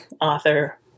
author